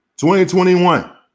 2021